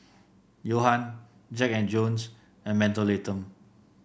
Jack And Jones and Mentholatum